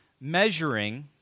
measuring